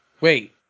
Wait